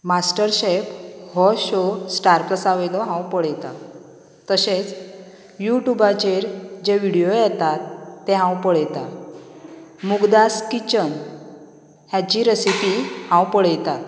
master chef हो show star प्लसावेलो हांव पळयता तशेंच युट्यूबाचेर जे विडीयो येतात ते हांव पळयतां मुग्धास किचन हाची रेसिपी हांव पळयतां